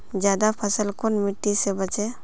ज्यादा फसल कुन मिट्टी से बेचे?